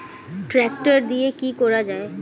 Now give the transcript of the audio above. Tractor দিয়ে কি করা যায়?